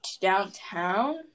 downtown